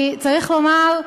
כי צריך לומר,